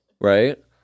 right